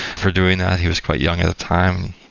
for doing that, he was quite young at the time.